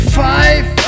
five